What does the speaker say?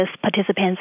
participants